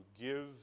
give